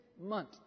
month